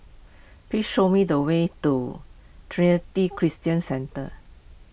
please show me the way to Trinity Christian Centre